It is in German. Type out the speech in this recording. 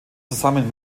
zusammen